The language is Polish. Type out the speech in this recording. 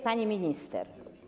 Pani Minister!